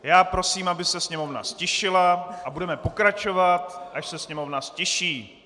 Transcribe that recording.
Já prosím, aby se sněmovna ztišila, a budeme pokračovat, až se sněmovna ztiší.